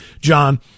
John